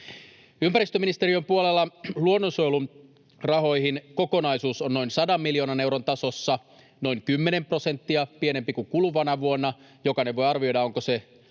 Ympäristöministeriön puolella luonnonsuojelurahoihin kokonaisuus on noin 100 miljoonan euron tasossa, noin 10 prosenttia pienempi kuin kuluvana vuonna. Jokainen voi arvioida, onko se